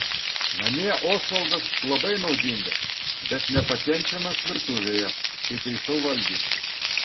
namie osvaldas labai naudingas bet nepakenčiamas virtuvėje kai taisau valgį